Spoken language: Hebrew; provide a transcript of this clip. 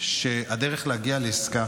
שהדרך להגיע לעסקה